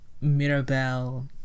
Mirabelle